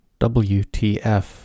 WTF